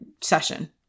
session